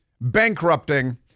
bankrupting